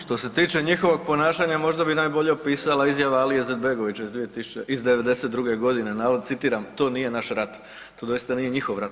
Što se tiče njihovog ponašanja možda bi najbolje opisala izjava Alije Izetbegovića iz '92. godine, citiram: „To nije naš rat.“ To doista nije njihov rat.